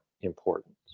important